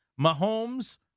Mahomes